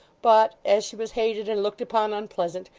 but, as she was hated and looked upon unpleasant,